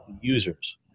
users